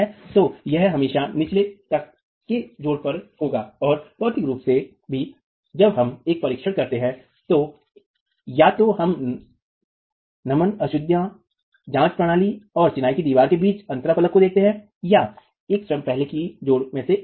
तो यह हमेशा निचले तक के जोड़ों पर होगा और भौतिकी रूप से भी जब हम एक परीक्षण करते हैं तो या तो हम नम अशुद्धि जाँच कार्यप्रणाली और चिनाई की दीवार के बीच का अंतराफलक को देखते हैं या यह स्वयं पहले चिनाई जोड़ों में से एक है